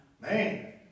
Man